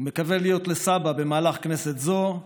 ומקווה להיות לסבא במהלך כנסת זו.